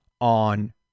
on